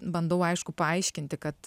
bandau aišku paaiškinti kad